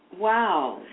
Wow